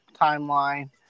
timeline